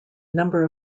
number